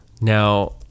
Now